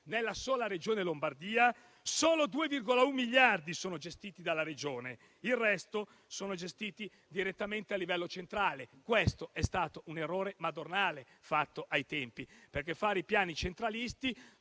nella sola Regione Lombardia, solo 2,1 miliardi sono gestiti dalla Regione, per il resto sono gestiti direttamente a livello centrale e questo è stato un errore madornale compiuto all'epoca, perché se si fanno piani centralisti,